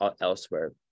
elsewhere